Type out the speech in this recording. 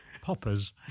Poppers